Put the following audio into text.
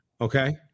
Okay